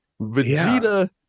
Vegeta